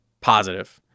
positive